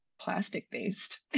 Plastic-based